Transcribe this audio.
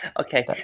Okay